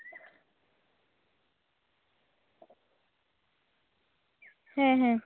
ᱦᱮᱸ ᱦᱮᱸ